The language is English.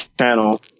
channel